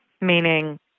meaning